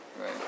Right